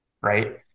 Right